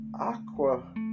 aqua